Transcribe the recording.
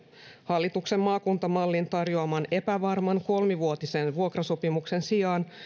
hallituksen maakuntamallin tarjoaman epävarman kolmivuotisen vuokrasopimuksen sijaan